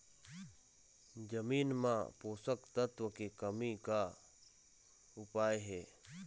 जमीन म पोषकतत्व के कमी का उपाय हे?